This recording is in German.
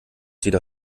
wieder